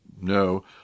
No